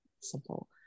simple